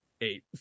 eight